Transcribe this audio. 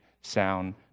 sound